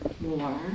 more